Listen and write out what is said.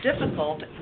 difficult